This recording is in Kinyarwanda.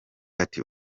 ati